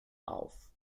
auf